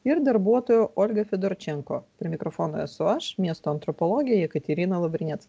ir darbuotoja olga fidorčenko prie mikrofono esu aš miesto antropologė jekaterina lavrinec